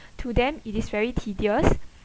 to them it is very tedious